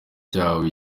cyahawe